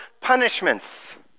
punishments